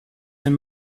and